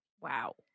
wow